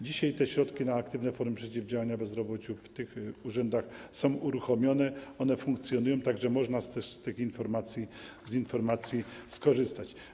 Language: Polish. Dzisiaj te środki na aktywne formy przeciwdziałania bezrobociu w tych urzędach są uruchamiane, one funkcjonują, tak że można też z tych informacji skorzystać.